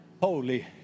Holy